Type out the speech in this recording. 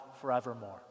forevermore